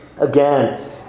Again